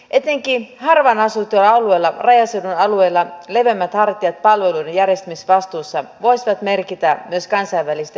etenkin harvaan asutuilla alueilla rajaseudun alueilla leveämmät hartiat palveluiden järjestämisvastuussa voisivat merkitä myös kansainvälistä yhteistyötä